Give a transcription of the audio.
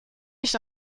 nicht